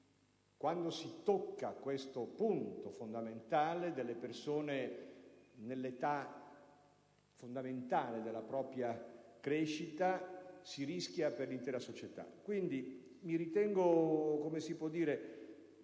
Quando si tocca questo punto basilare delle persone nell'età fondamentale della propria crescita si rischia per l'intera società. Quindi, mi ritengo soddisfatto,